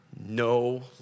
no